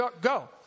go